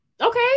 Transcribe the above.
Okay